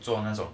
做那种